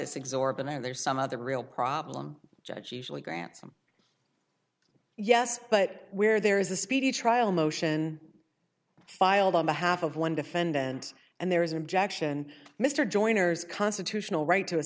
it's exorbitant or there's some other real problem judge usually grants them yes but where there is a speedy trial motion filed on behalf of one defendant and there is an objection mr joiners constitutional right to